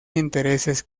intereses